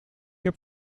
heb